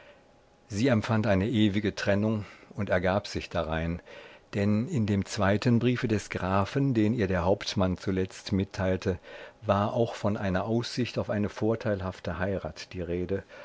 sie empfand eine ewige trennung und ergab sich darein denn in dem zweiten briefe des grafen den ihr der hauptmann zuletzt mitteilte war auch von einer aussicht auf eine vorteilhafte heirat die rede